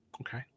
Okay